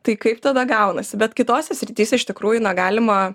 tai kaip tada gaunasi bet kitose srityse iš tikrųjų na galima